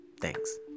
Thanks